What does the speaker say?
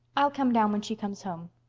i'll come down when she comes home.